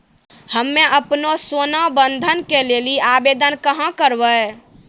हम्मे आपनौ सोना बंधन के लेली आवेदन कहाँ करवै?